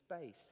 space